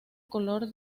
color